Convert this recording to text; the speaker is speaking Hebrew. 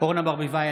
אורנה ברביבאי,